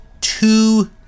two